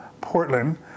Portland